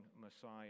Messiah